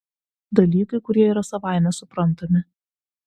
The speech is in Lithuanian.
dalykai kurie yra savaime suprantami